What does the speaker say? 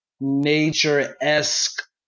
nature-esque